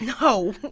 No